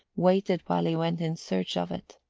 waited while he went in search of it.